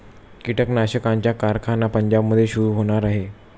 कीटकनाशकांचा कारखाना पंजाबमध्ये सुरू होणार आहे